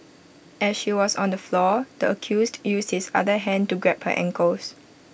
as she was on the floor the accused used his other hand to grab her ankles